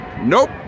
Nope